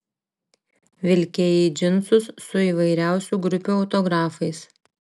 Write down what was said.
vilkėjai džinsus su įvairiausių grupių autografais